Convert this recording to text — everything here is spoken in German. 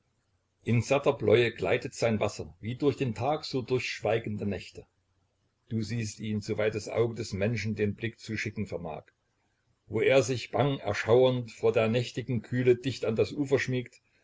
in satter bläue gleitet sein wasser wie durch den tag so durch schweigende nächte du siehst ihn soweit das auge des menschen den blick zu schicken vermag wo er sich bang erschauernd vor der nächtigen kühle dicht an das ufer schmiegt